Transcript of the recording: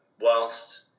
whilst